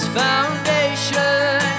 foundation